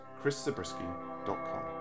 chriszabriskie.com